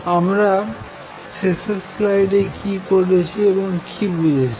আমরা শেষের স্লাইডে কি করেছি এবং কি বুঝেছি